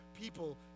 people